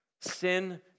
Sin